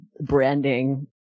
branding